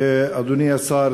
אדוני השר,